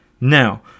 Now